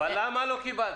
למה לא קיבלת?